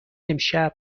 امشب